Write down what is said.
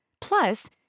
Plus